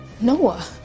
Noah